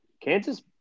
Kansas